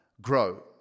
grow